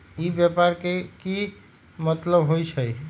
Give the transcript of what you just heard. ई व्यापार के की मतलब होई छई?